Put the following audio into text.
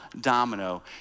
domino